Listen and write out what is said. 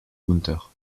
günther